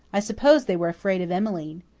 i suppose they were afraid of emmeline.